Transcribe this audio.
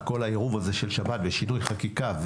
כל העירוב הזה של שב"כ ושינוי חקיקה,